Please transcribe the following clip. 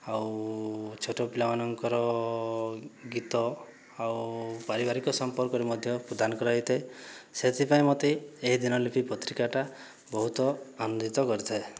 ଆଉ ଛୋଟ ପିଲାମାନଙ୍କର ଗୀତ ଆଉ ପାରିବାରିକ ସମ୍ପର୍କରେ ମଧ୍ୟ ପ୍ରଦାନ କରାଯାଇଥାଏ ସେଥିପାଇଁ ମତେ ଏହି ଦିନଲିପି ପତ୍ରିକାଟା ବହୁତ ଆନନ୍ଦିତ କରିଥାଏ